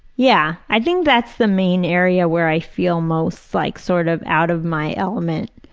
yeah, i think that's the main area where i feel most like sort of out of my element.